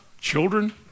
children